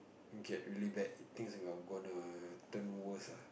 get really bad things are gonna turn worse ah